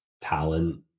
talent